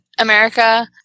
america